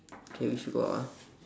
okay we should go out ah